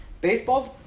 Baseball's